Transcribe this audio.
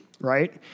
right